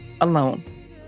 alone